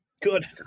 Good